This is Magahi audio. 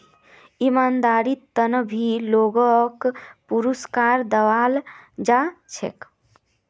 ईमानदारीर त न भी लोगक पुरुस्कार दयाल जा छेक